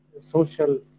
social